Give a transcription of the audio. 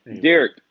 Derek